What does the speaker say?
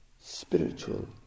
spiritual